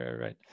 right